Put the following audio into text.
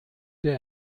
der